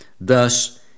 thus